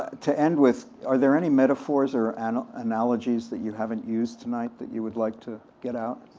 to end with are there any metaphors or and analogies that you haven't used tonight, that you would like to get out?